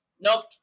nope